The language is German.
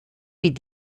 wie